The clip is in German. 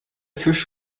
fisch